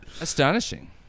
Astonishing